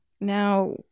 Now